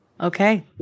Okay